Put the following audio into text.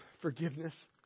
forgiveness